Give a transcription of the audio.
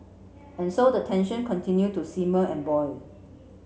and so the tension continue to simmer and boil